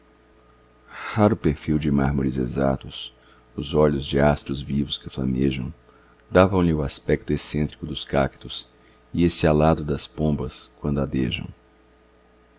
raro perfil de mármores exatos os olhos de astros vivos que flamejam davam-lhe o aspecto excêntrico dos cactus e esse alado das pombas quando adejam